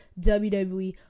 wwe